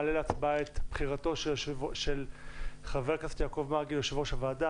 מעלה להצבעה את בחירתו של חבר הכנסת יעקב מרגי ליושב-ראש הוועדה.